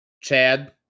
Chad